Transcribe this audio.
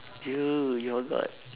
ya lah you forgot